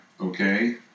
Okay